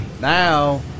now